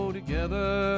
together